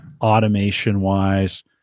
automation-wise